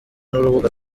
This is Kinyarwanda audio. n’urubuga